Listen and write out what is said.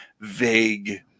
vague